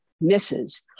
misses